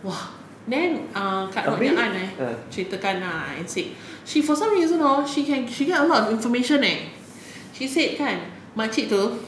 !wah! then ah kak rod punya aunt ah she tekan ah and said she for some reason hor she can she get a lot of information eh she said kan makcik itu